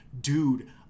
dude